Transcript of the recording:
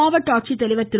மாவட்ட ஆட்சித்தலைவர் திரு